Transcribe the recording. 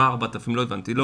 מה 4,000, לא הבנתי.